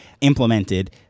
implemented